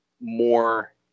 more